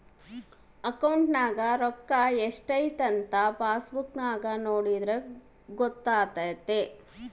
ಅಕೌಂಟ್ನಗ ರೋಕ್ಕಾ ಸ್ಟ್ರೈಥಂಥ ಪಾಸ್ಬುಕ್ ನಾಗ ನೋಡಿದ್ರೆ ಗೊತ್ತಾತೆತೆ